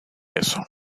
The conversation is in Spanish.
eso